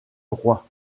droits